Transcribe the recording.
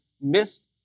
missed